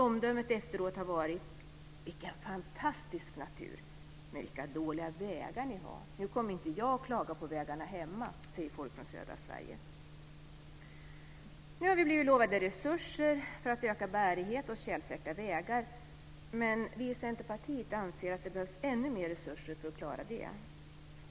Omdömet efteråt har varit: Vilken fantastisk natur, men vilka dåliga vägar ni har! Nu kommer inte jag att klaga på vägarna hemma! säger folk från södra Sverige. Nu har vi blivit lovade resurser för att öka bärighet och tjälsäkra vägar, men vi i Centerpartiet anser att det behövs ännu mer resurser för att klara det.